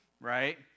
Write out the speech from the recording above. right